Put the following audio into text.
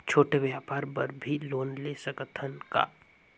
छोटे व्यापार बर भी लोन ले सकत हन का?